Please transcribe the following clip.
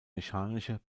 mechanische